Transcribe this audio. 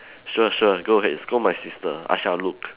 sure sure go ahead and scold my sister I shall look